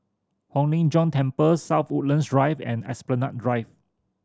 Hong Lim Jiong Temple South Woodlands Drive and Esplanade Drive